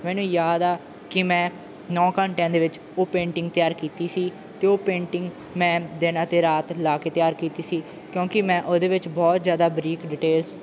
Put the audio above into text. ਮੈਨੂੰ ਯਾਦ ਆ ਕਿ ਮੈਂ ਨੌਂ ਘੰਟਿਆਂ ਦੇ ਵਿੱਚ ਉਹ ਪੇਂਟਿੰਗ ਤਿਆਰ ਕੀਤੀ ਸੀ ਅਤੇ ਉਹ ਪੇਂਟਿੰਗ ਮੈਂ ਦਿਨ ਅਤੇ ਰਾਤ ਲਾ ਕੇ ਤਿਆਰ ਕੀਤੀ ਸੀ ਕਿਉਂਕਿ ਮੈਂ ਉਹਦੇ ਵਿੱਚ ਬਹੁਤ ਜ਼ਿਆਦਾ ਬਰੀਕ ਡਿਟੇਲਸ